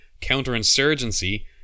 Counterinsurgency